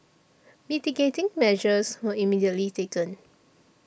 mitigating measures were immediately taken